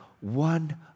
one